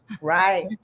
right